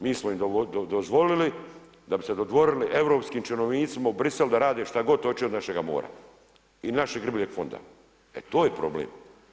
Mi smo im dozvolili da bi se dodvorili europskim činovnicima u Brisel da rade što god hoće od našega mora i našeg ribljeg fonda, e to je problem.